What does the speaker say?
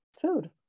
food